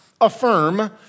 affirm